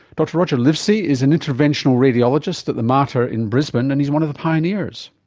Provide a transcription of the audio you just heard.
dr roger livsey is an interventional radiologist at the mater in brisbane and he's one of the pioneers.